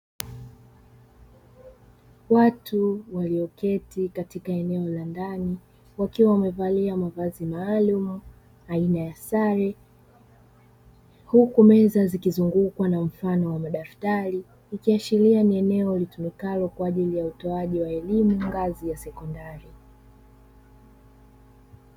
Watu walioketi katika eneo la ndani wakiwa wamevalia mavazi maalumu aina ya sare huku meza zikizungukwa na mfano wa madaftari, ikiashiria ni eneo litumikalo kwajili ya utoaji wa elimu ngazi ya sekondari.